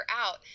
out